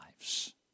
lives